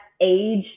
age